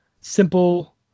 simple